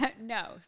No